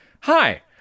Hi